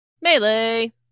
melee